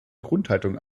grundhaltung